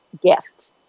gift